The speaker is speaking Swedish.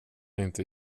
inte